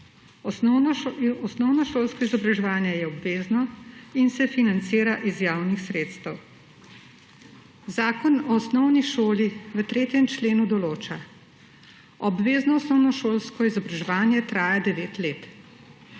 »Osnovnošolsko izobraževanje je obvezno in se financira iz javnih sredstev.« Zakon o osnovni šoli v 3. členu določa: »Obvezno osnovnošolsko izobraževanje traja devet let.«